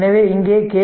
எனவே இங்கே கே